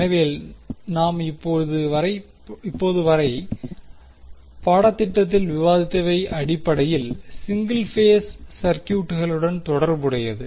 எனவே நாம் இப்போது வரை பாடத்திட்டத்தில் விவாதித்தவை அடிப்படையில் சிங்கிள் பேஸ் சர்க்யூட்களுடன் தொடர்புடையது